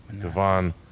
devon